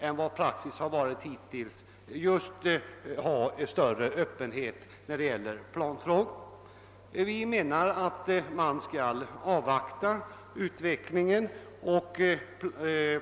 än som hittills varit praxis visa öppenhet när det gäller planfrågor. Vi menar att utvecklingen bör avvaktas.